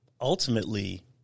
ultimately